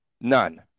None